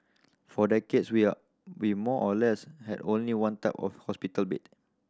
for decades we are we more or less had only one type of hospital bed